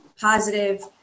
positive